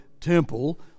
temple